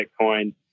Bitcoin